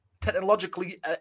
technologically